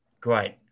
great